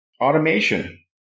Automation